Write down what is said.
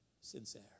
sincere